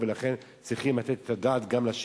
ולכן צריך לתת את הדעת גם לשיקום.